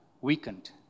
weakened